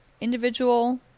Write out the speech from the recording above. individual